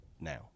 now